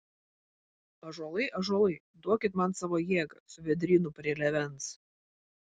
ąžuolai ąžuolai duokit man savo jėgą su vėdrynu prie lėvens